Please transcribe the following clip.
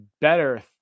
better